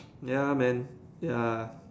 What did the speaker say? ya man ya